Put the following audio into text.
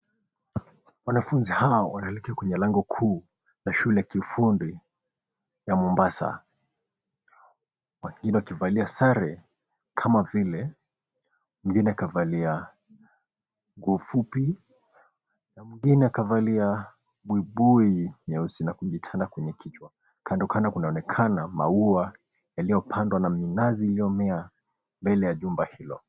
Wanafunzi hawa wanaelekea kwenye lango kuu ya shule kifundi ya Mombasa, wengine wakivalia sare kama vile mwingine akavalia nguo fupi na mwingine akavalia buibui nyeusi na kujitanda kwenye kichwa kandokando, kunaonekana mau yaliyopandwa na minazi iliyomea mbele ya jumba hilo.